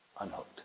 unhooked